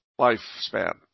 lifespan